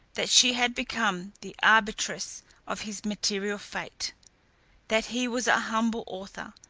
that she had become the arbitress of his material fate that he was a humble author,